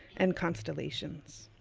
and constellations.